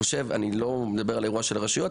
אני לא מדבר על האירוע של הרשויות,